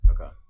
Okay